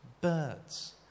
birds